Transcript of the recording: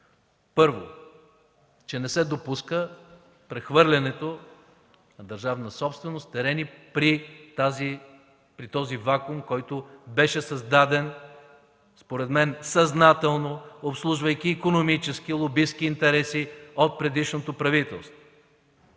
Първо, не се допуска прехвърлянето на държавна собственост – терени, при този вакуум, който беше създаден според мен съзнателно, обслужвайки икономически, лобистки интереси от предишното правителство.